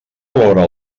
plora